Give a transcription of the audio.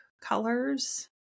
colors